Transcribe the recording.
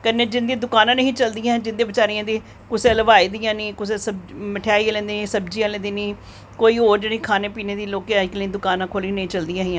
कन्नै जिंदी दुकाना निं ही चलदियां जिंदी बेचारें दी कुसै हलवाई दियां निं कुसै मठेआई आह्ली दी निं कुसै सब्ज़ी आह्ली दी निं कोई होर जेह्ड़ी खानै पीने दी लोकें दुकानां खोल्ली दियां हियां नेईं चलदियां हियां